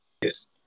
Yes